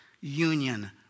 union